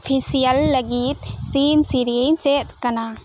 facial ᱞᱟᱜᱤᱫ team ᱥᱮᱨᱮᱧ ᱪᱮᱫ ᱠᱟᱱᱟ